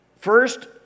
first